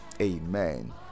amen